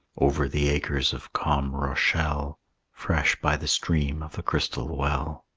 over the acres of calm rochelle fresh by the stream of the crystal well.